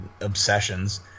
Obsessions